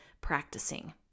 practicing